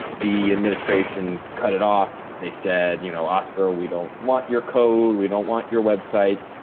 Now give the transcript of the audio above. the administration cut it off. they said, you know, oscar, we don't want your code. we don't want your web site.